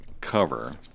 cover